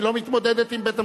היא לא מתמודדת עם בית-המשפט.